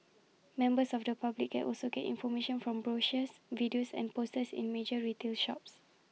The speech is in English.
members of the public can also get information from brochures videos and posters in major retail shops